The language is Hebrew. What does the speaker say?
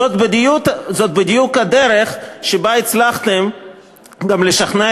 זאת בדיוק הדרך שבה הצלחתם גם לשכנע